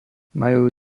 majú